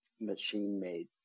machine-made